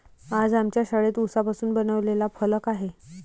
आज आमच्या शाळेत उसापासून बनवलेला फलक आहे